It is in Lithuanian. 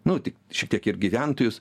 nu tik šiek tiek ir gyventojus